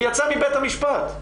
הוא יצא מבית המשפט,